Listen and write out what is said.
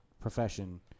profession